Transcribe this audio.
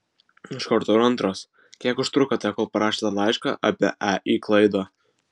iš karto ir antras kiek užtrukote kol parašėte laišką apie ei klaidą